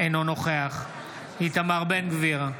אינו נוכח איתמר בן גביר,